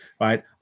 right